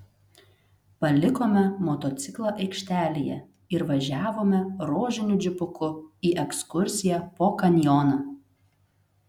palikome motociklą aikštelėje ir važiavome rožiniu džipuku į ekskursiją po kanjoną